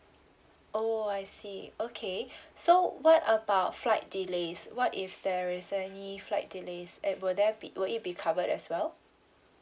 oh I see okay so what about flight delays what if there is any flight delays eh will there be would it be covered as well